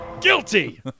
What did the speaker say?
Guilty